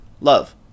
love